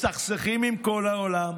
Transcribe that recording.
מסתכסכים עם כל העולם.